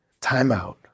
Timeout